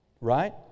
Right